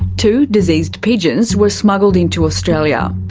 two diseased pigeons were smuggled into australia.